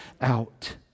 out